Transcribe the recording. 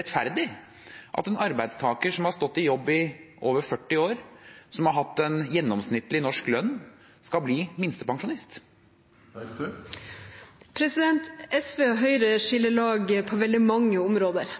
rettferdig at en arbeidstaker som har stått i jobb i over 40 år, og som har hatt en gjennomsnittlig norsk lønn, skal bli minstepensjonist? SV og Høyre skiller lag på veldig mange områder.